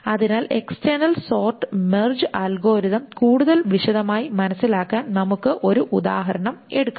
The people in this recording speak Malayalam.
അതിനാൽ എക്സ്ടെർണൽ സോർട്ട് മെർജ് അൽഗോരിതം കൂടുതൽ വിശദമായി മനസ്സിലാക്കാൻ നമുക്ക് ഒരു ഉദാഹരണം എടുക്കാം